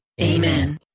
Amen